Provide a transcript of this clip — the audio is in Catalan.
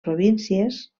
províncies